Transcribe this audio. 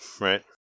right